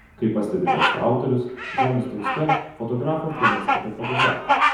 kaip pastebi teksto autorius žemės druska fotografo filmas apie fotografą